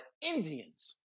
Indians